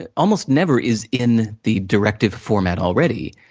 and almost never is in the directive format already.